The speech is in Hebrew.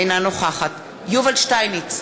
אינה נוכחת יובל שטייניץ,